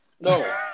No